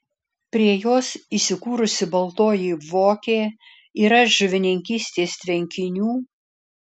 prie jos įsikūrusi baltoji vokė yra žuvininkystės tvenkinių